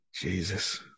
Jesus